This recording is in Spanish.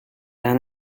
han